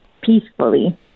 peacefully